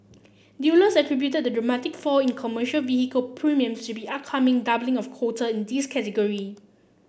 dealers attributed the dramatic fall in commercial vehicle premiums to be upcoming doubling of quota in this category